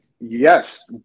yes